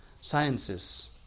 sciences